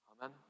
Amen